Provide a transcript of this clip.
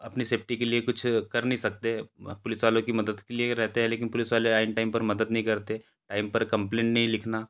अपनी सेफ्टी के लिए कुछ कर नई सकते पुलिस वालों की मदद के लिए रहते है लेकिन पुलिस वाले ऐन टाइम पर मदद नहीं करते टाइम पर कम्प्लेन नहीं लिखना